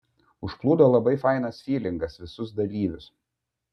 užplūdo labai fainas fylingas visus dalyvius